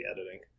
editing